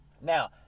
Now